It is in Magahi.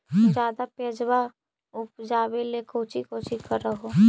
ज्यादा प्यजबा उपजाबे ले कौची कौची कर हो?